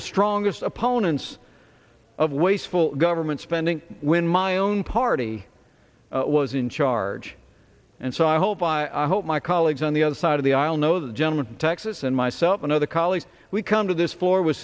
the strongest opponents of wasteful government spending when my own party was in charge and so i hope i hope my colleagues on the other side of the aisle know the gentleman from texas and myself and other colleagues we come to this floor with